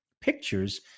pictures